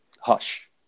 hush